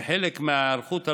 כחלק מההיערכות הלאומית,